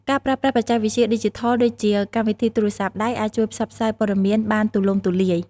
ការប្រើប្រាស់បច្ចេកវិទ្យាឌីជីថលដូចជា កម្មវិធីទូរស័ព្ទដៃ អាចជួយផ្សព្វផ្សាយព័ត៌មានបានទួលំទួលាយ។